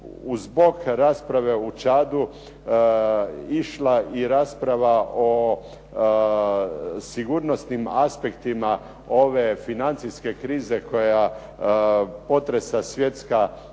zbog rasprave u Čadu išla i rasprava o sigurnosnim aspektima ove financijske krize koja potresa svjetska tržišta.